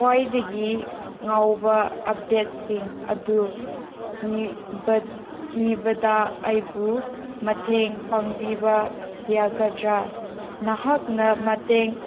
ꯈ꯭ꯋꯥꯏꯗꯒꯤ ꯅꯧꯕ ꯑꯞꯗꯦꯠꯁꯤꯡ ꯑꯗꯨ ꯊꯤꯕꯗ ꯑꯩꯕꯨ ꯃꯇꯦꯡ ꯄꯥꯡꯕꯤꯕ ꯌꯥꯒꯗ꯭ꯔꯥ ꯅꯍꯥꯛꯅ ꯃꯇꯦꯡ